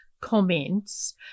comments